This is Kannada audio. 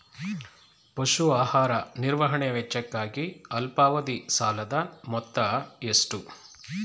ಪಶು ಆಹಾರ ನಿರ್ವಹಣೆ ವೆಚ್ಚಕ್ಕಾಗಿ ಅಲ್ಪಾವಧಿ ಸಾಲದ ಮೊತ್ತ ಎಷ್ಟು?